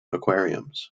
aquariums